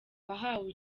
wahawe